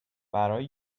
برای